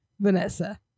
Vanessa